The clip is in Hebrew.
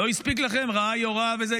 לא הספיק לכם רואה-יורה וזה?